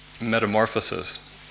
metamorphosis